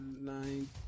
Nine